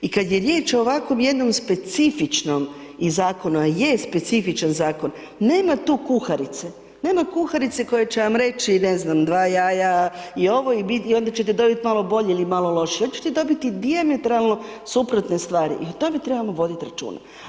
I kad je riječ o ovakom jednom specifičnom i zakonu, a je specifičan zakon, nema tu kuharice, nema kuharice koja će vam reći ne znam dva jaja i ovo i onda ćete dobit malo bolje ili malo lošije, onda ćete dobiti dijametralno suprotne stvari i o tome trebamo voditi računa.